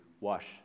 wash